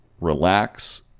relax